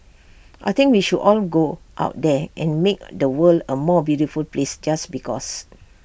I think we should all go out there and make the world A more beautiful place just because